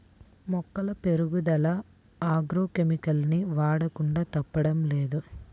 మొక్కల పెరుగుదల agro chemicals ని వాడకుండా తప్పడం లేదు